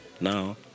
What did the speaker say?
now